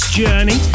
journey